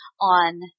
on